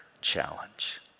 challenge